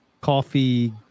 coffee